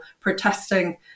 protesting